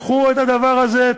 קחו את הדבר הזה,